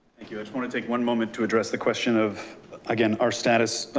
thank you. i just want to take one moment to address the question of again, our status.